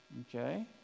Okay